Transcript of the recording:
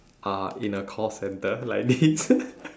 uh in a call centre like this